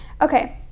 Okay